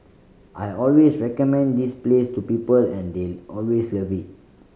I always recommend this place to people and they always love it